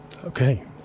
Okay